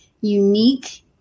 unique